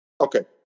okay